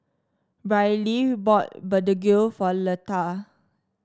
Briley bought begedil for Letha